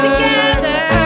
Together